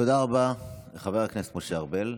תודה רבה, חבר הכנסת ארבל.